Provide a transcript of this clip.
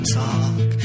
talk